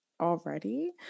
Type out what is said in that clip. already